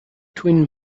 twin